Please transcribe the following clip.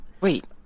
Wait